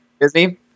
Disney